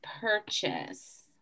purchase